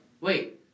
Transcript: wait